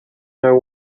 know